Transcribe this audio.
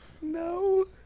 No